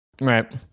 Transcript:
Right